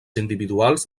individuals